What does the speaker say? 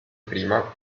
prima